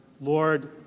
Lord